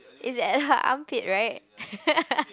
it's at her armpit right